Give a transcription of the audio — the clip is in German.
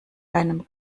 einem